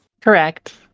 Correct